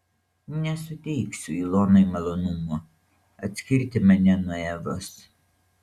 nesuteiksiu ilonai malonumo atskirti mane nuo evos